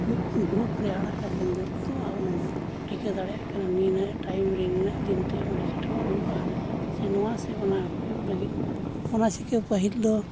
ᱢᱤᱫ ᱜᱩᱨᱩᱯ ᱨᱮ ᱟᱲᱟᱜ ᱠᱟᱛᱮᱫ ᱡᱚᱛᱚᱣᱟᱜ ᱚᱱᱟᱢ ᱴᱷᱤᱠᱟᱹ ᱫᱟᱲᱮᱭᱟᱜ ᱠᱟᱱᱟ ᱱᱤᱱᱟᱹᱜ ᱴᱟᱹᱭᱤᱢ ᱨᱮ ᱱᱤᱱᱟᱹᱜ ᱫᱤᱱ ᱛᱮ ᱚᱸᱰᱮ ᱥᱮᱴᱮᱨᱚᱜ ᱦᱩᱭᱚᱜᱼᱟ ᱥᱮ ᱱᱚᱣᱟ ᱥᱮ ᱚᱱᱟ ᱦᱩᱭᱩᱜ ᱞᱟᱹᱜᱤᱫ ᱚᱱᱟ ᱪᱤᱠᱟᱹ ᱯᱟᱹᱦᱤᱞ ᱫᱚ